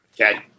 Okay